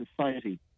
society